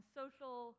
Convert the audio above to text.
social